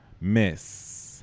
Miss